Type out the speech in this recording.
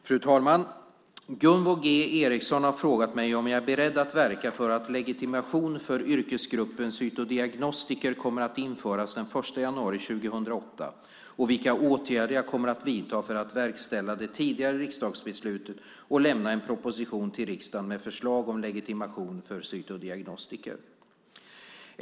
Fru talman! Gunvor G Ericson har frågat mig om jag är beredd att verka för att legitimation för yrkesgruppen cytodiagnostiker kommer att införas den 1 januari 2008 och vilka åtgärder jag kommer att vidta för att verkställa det tidigare riksdagsbeslutet och lämna en proposition till riksdagen med förslag om legitimation för cytodiagnostiker.